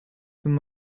them